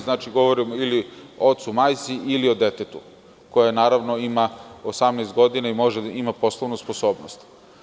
Znači, govorimo o ocu, majci ili o detetu, koje naravno ima 18 godina i ima poslovnu sposobnost.